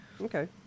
Okay